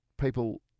People